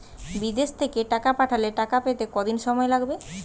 বিদেশ থেকে টাকা পাঠালে টাকা পেতে কদিন সময় লাগবে?